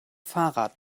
fahrrad